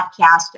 podcast